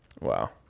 wow